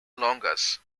longus